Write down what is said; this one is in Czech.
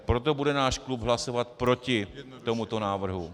Proto bude náš klub hlasovat proti tomuto návrhu.